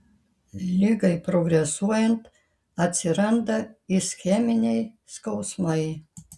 ligai progresuojant atsiranda ischeminiai skausmai